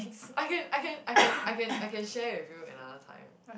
I can I can I can I can I can share with you another time